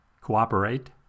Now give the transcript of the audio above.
Cooperate